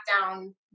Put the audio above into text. down